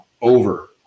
over